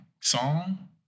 song